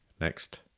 next